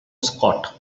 scott